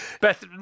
beth